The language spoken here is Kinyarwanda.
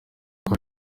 uko